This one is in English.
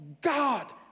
God